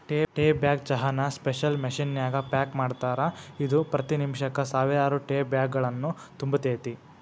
tea bag ಚಹಾನ special machine ನ್ಯಾಗ pack ಮಾಡ್ತಾರ, ಇದು ಪ್ರತಿ ನಿಮಿಷಕ್ಕ ಸಾವಿರಾರು ಟೇಬ್ಯಾಗ್ಗಳನ್ನು ತುಂಬತೇತಿ